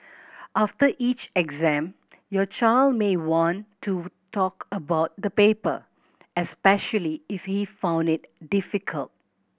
after each exam your child may want to talk about the paper especially if he found it difficult